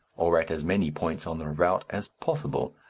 or at as many points on the route as possible.